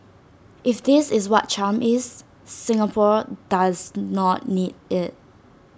if this is what charm is Singapore does not need IT